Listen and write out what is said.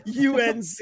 UNC